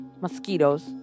mosquitoes